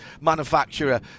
manufacturer